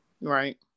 Right